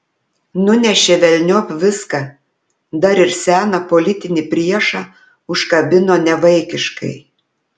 nunešė velniop viską dar ir seną politinį priešą užkabino nevaikiškai